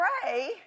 pray